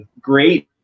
great